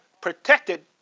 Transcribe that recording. protected